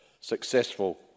successful